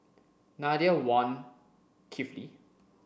Nadia Wan Kifli